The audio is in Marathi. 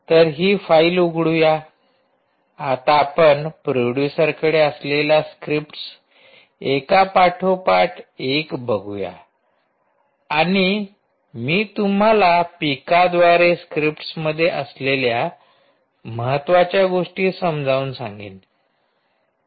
तर हि फाईल उघडूया आता आपण प्रोड्युसरकडे असलेल्या स्क्रिप्ट्स एका पाठोपाठ एक बघूया आणि मी तुम्हाला पिकाद्वारे स्क्रिप्ट्समध्ये असलेल्या महत्वाच्या गोष्टी समजावून सांगेन